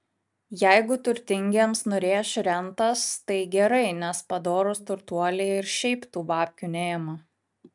jeigu turtingiems nurėš rentas tai gerai nes padorūs turtuoliai ir šiaip tų babkių neima